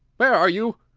where are you?